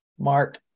Mark